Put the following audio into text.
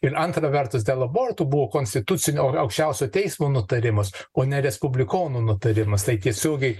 ir antra vertus dėl abortų buvo konstitucinio aukščiausio teismo nutarimas o ne respublikonų nutarimas tai tiesiogiai